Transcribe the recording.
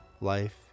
life